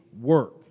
work